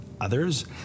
others